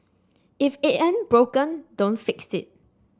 if it ain't broken don't fix it